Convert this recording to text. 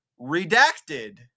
redacted